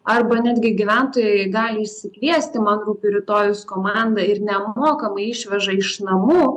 arba netgi gyventojai gali išsikviesti man rūpi rytojus komandą ir nemokamai išveža iš namų